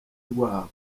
rwabo